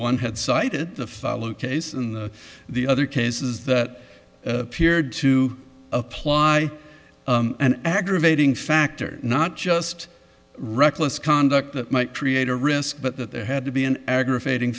one had cited the following case in the the other cases that appeared to apply an aggravating factor not just reckless conduct that might create a risk but that there had to be an aggravating